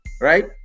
right